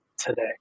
today